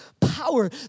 power